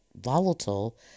volatile